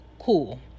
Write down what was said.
Cool